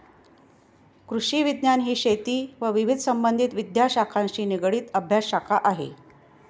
कृषिविज्ञान ही शेती व विविध संबंधित विद्याशाखांशी निगडित अभ्यासशाखा आहे